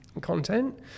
content